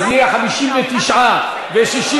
אז זה יהיה 59 נגד ו-61